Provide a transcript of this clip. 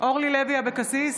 אורלי לוי אבקסיס,